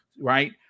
right